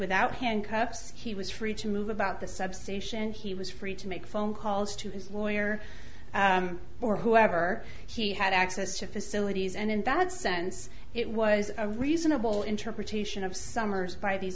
without hand yes he was free to move about the substation he was free to make phone calls to his lawyer or whoever he had access to facilities and in that sense it was a reasonable interpretation of summers by the